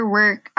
work